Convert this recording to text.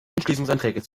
entschließungsanträge